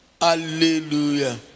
Hallelujah